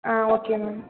ah okay ma'am